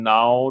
Now